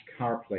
CarPlay